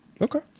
Okay